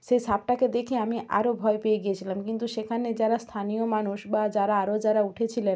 সেই সাপটাকে দেখে আমি আরও ভয় পেয়ে গিয়েছিলাম কিন্তু সেখানে যারা স্থানীয় মানুষ বা যারা আরও যারা উঠেছিলেন